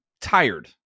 tired